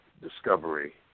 Discovery